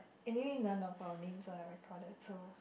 anyway none of our names are recorded so